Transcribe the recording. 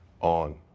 on